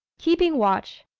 keeping watch